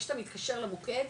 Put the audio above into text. איך שאתה מתקשר למוקד,